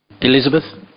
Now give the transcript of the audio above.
Elizabeth